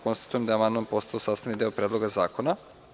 Konstatujem da je amandman postao sastavni deo Predloga zakona.